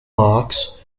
marks